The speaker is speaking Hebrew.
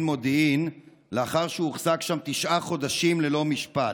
מודיעין לאחר שהוחזק שם תשעה חודשים ללא משפט.